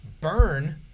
burn